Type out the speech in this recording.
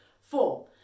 Four